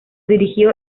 dirigió